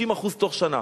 50% תוך שנה.